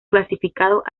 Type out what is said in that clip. clasificados